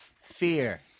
fear